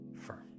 firm